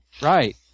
Right